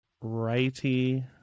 Righty